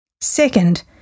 Second